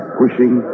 pushing